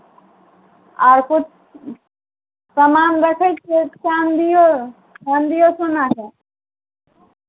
आर किछु सामान रखै छियै चाँदिओ चाँदिओ सोना यए